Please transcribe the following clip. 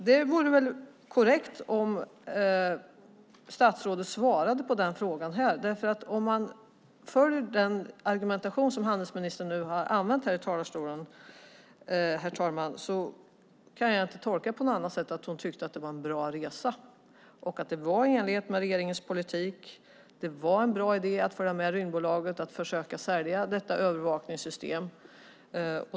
Det vore bra om statsrådet svarade på den frågan här, därför att den argumentation som handelsministern nu har använt här i talarstolen, herr talman, kan jag inte tolka på något annat sätt än att hon tyckte att det var en bra resa, att det var i enlighet med regeringens politik och att det var en bra idé att följa med Rymdbolaget för att försöka sälja detta övervakningssystem.